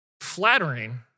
flattering